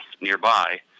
nearby